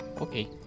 Okay